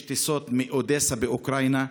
יש טיסות מאודסה באוקראינה,